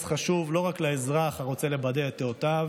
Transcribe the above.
חשוב לא רק לאזרח הרוצה לבטא את דעותיו